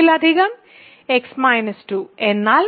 ഒന്നിലധികം x 2 എന്നാൽ